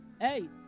Hey